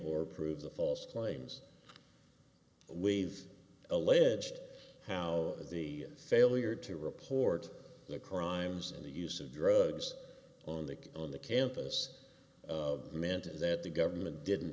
or prove the false claims we've alleged how the failure to report the crimes and the use of drugs on the on the campus of meant that the government didn't